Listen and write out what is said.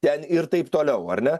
ten ir taip toliau ar ne